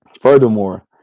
Furthermore